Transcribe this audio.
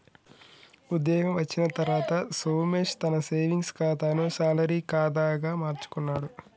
ఉద్యోగం వచ్చిన తర్వాత సోమేశ్ తన సేవింగ్స్ కాతాను శాలరీ కాదా గా మార్చుకున్నాడు